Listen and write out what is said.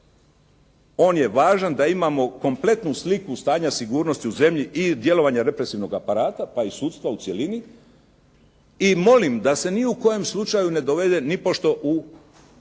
On je važan da imamo kompletnu sliku stanja sigurnosti u zemlji i djelovanja represivnog aparata, pa i sudstva u cjelini i molim da se ni u kojem slučaju ne dovede nipošto u